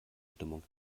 stimmung